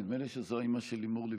נדמה לי שזו האימא של לימור לבנת.